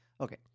Okay